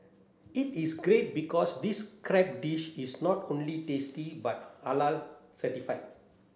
it is great because this crab dish is not only tasty but Halal certified